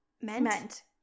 meant